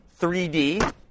3D